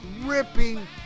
Ripping